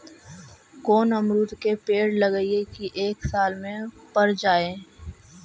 कोन अमरुद के पेड़ लगइयै कि एक साल में पर जाएं?